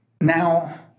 Now